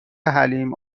حلیم